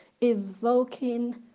evoking